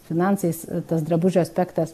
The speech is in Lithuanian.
finansais tas drabužio aspektas